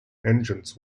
engines